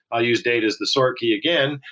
i'll use data as the sort key again.